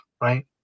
right